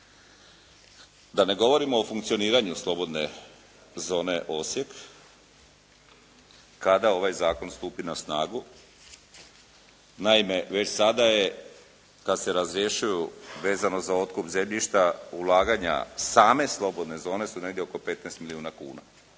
Da ne govorimo o funkcioniranju slobodne zone Osijek kada ovaj zakon stupi na snagu. Naime, već sada je kad se razrješuju vezano za otkup zemljišta ulaganja same slobodne zone su negdje oko 15 milijuna kuna.